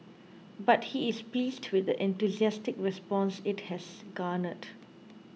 but he is pleased with the enthusiastic response it has garnered